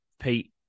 Pete